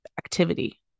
activity